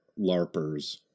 larpers